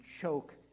choke